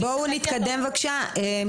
מנכ"ל המועצה של